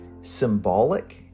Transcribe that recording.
symbolic